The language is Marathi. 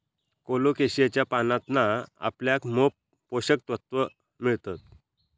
कोलोकेशियाच्या पानांतना आपल्याक मोप पोषक तत्त्वा मिळतत